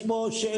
יש פה שאלות.